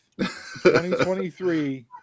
2023